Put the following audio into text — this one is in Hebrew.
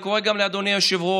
אני קורא גם לאדוני היושב-ראש,